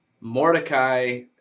Mordecai